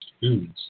foods